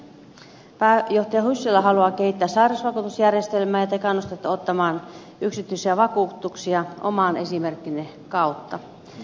pääjohtaja hyssälä haluaa kehittää sairausvakuutusjärjestelmää ja te kannustatte ottamaan yksityisiä vakuutuksia oman esimerkkinne kautta